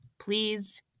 Please